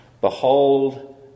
Behold